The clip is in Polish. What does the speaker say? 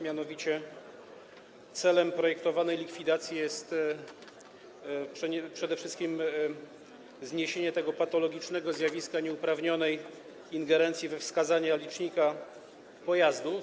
Mianowicie celem projektowanej regulacji jest przede wszystkim zniesienie patologicznego zjawiska nieuprawnionej ingerencji we wskazania licznika pojazdu.